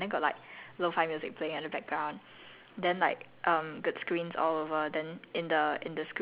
ah all the all the stuff I like lah then you can grow plants and everything ya then it's very chill [one] then got like lo-fi music playing at the background